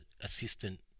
assistant